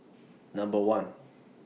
Number one